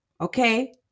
okay